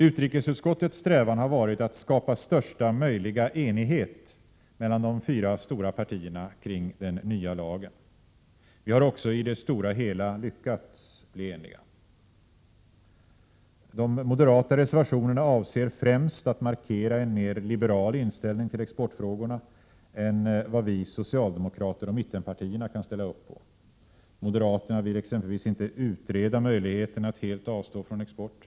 Utrikesutskottets strävan har varit att skapa största möjliga enighet mellan de fyra stora partierna kring den nya lagen. Vi har också i det stora hela lyckats bli eniga. Moderaterna avser med sina reservationer främst att markera en mera liberal inställning till exportfrågorna än vi socialdemokrater och mittenpartierna kan ställa upp på. Moderaterna vill exempelvis inte utreda möjligheten att helt avstå från export.